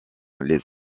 les